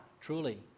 truly